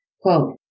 Quote